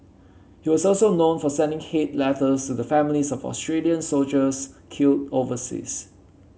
he was also known for sending hate letters to the families of Australian soldiers killed overseas